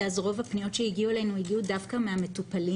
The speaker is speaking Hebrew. אז רוב הפניות שהגיעו אלינו הגיעו דווקא מהמטופלים,